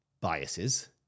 biases